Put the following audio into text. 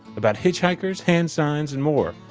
about hitchhikers, hand signs and more,